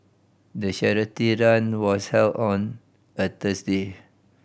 the charity run was held on a Thursday